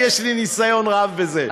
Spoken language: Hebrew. יש לי ניסיון רב בזה.